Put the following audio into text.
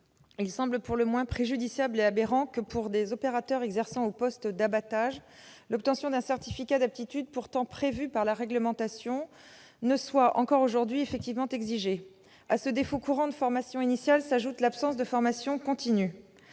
Il semble pour le moins préjudiciable et aberrant que, pour des opérateurs exerçant aux postes d'abattage, l'obtention d'un certificat d'aptitude, pourtant prévue par la réglementation, ne soit pas, encore aujourd'hui, effectivement exigée. À ce défaut courant de formation initiale s'ajoute l'absence de formation continue.